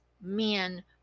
men